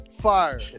fire